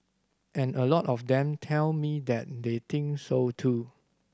and a lot of them tell me that they think so too